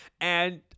and-